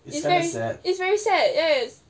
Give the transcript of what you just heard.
yes it kind of sad